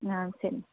ஆ சரிங்க